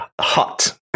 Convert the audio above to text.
hot